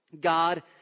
God